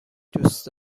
دوست